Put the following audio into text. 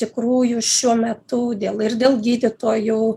tikrųjų šiuo metu dėl ir dėl gydytojų